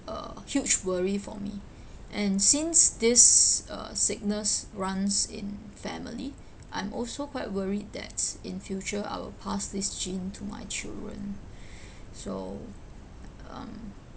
a huge worry for me and since this uh sickness runs in family I'm also quite worried that in future I will pass this gene to my children so um